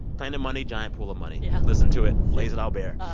planet money, giant pool of money. yeah. listen to it lays it all bear.